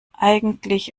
eigentlich